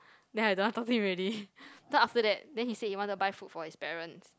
then I don't want talk to him already so after that then he say he want to buy food for his parents